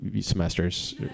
semesters